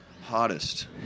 Hottest